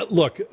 look